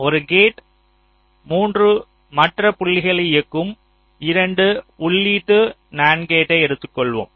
ஒரு கேட் 3 மற்ற புள்ளிகளை இயக்கும் 2 உள்ளீட்டு நண்ட் கேட்டை எடுத்துக்கொள்வோம்